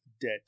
debt